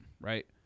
Right